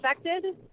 affected